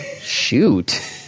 shoot